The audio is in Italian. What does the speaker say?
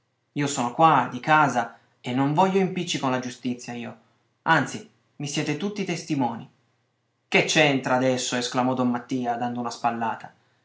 io sono qua di casa e non voglio impicci con la giustizia io anzi mi siete tutti testimoni che c'entra adesso esclamò don mattia dando una spallata